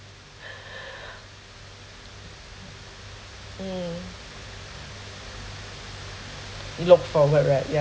mm you looked forward right yeah